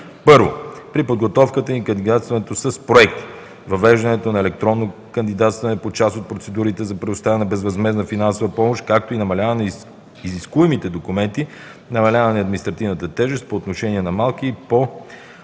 първо – при подготовката и кандидатстването с проекти въвеждането на електронно кандидатстване по част от процедурите за предоставяне на безвъзмездна финансова помощ, както и намаляване изискуемите документи, намаляване на административната тежест по отношение на малки, по-опростени